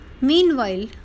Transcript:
Meanwhile